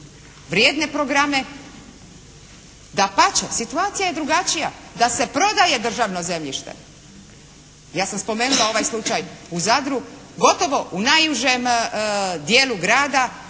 vrijedne programe. Dapače situacija je drugačija, da se prodaje državno zemljište. Ja sam spomenula ovaj slučaj u Zadru gotovo u najužem dijelu grada